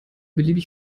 beliebig